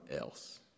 else